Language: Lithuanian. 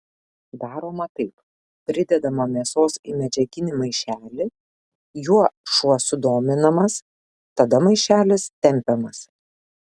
daroma taip pridedama mėsos į medžiaginį maišelį juo šuo sudominamas tada maišelis tempiamas